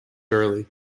early